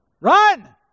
Run